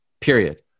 period